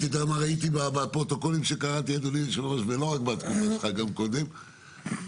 בפרוטוקולים שקראתי בנושא הם אומרים: